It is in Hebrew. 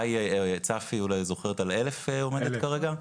המכסה היא, צפי אולי זוכרת, על 1,000 עומדת כרגע?